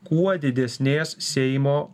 kuo didesnės seimo